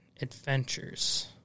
Adventures